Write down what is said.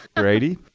grady,